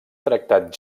tractat